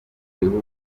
bihugu